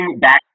back